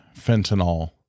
fentanyl